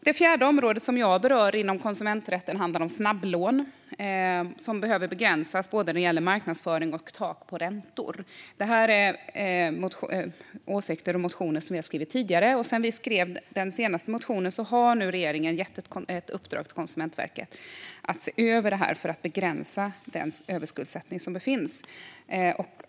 Det fjärde område jag vill beröra inom konsumenträtten är snabblån. Dessa behöver begränsas när det gäller både marknadsföring och tak på räntor. Det här är åsikter som vi framfört i motioner tidigare. Sedan vi skrev den senaste motionen har regeringen gett ett uppdrag till Konsumentverket att se över det här för att begränsa den överskuldsättning som finns.